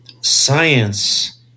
science